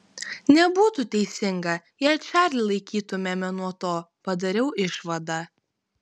nebūtų teisinga jei čarlį laikytumėme nuo to padariau išvadą